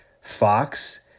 fox